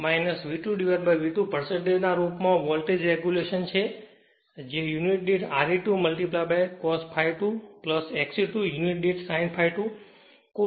તેથી V2 0 V2V2 ના રૂપ માં વોલ્ટેજ રેગ્યુલેશનજે યુનિટ દીઠ Re2 cos ∅2 XE2 પ્રતિ યુનિટ sin ∅2